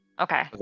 Okay